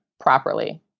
properly